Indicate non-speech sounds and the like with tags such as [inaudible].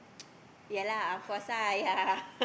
[noise] [laughs]